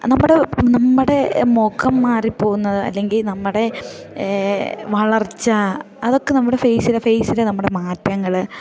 നമ്മുടെ നമ്മുടെ മുഖം മാറിപ്പോകുന്നത് അല്ലെങ്കിൽ നമ്മുടെ വളർച്ച അതൊക്കെ നമ്മുടെ ഫേസിൽ ഫെയ്സിൽ നമ്മുടെ മാറ്റങ്ങൾ